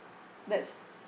that's